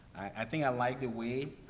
i think i like the way,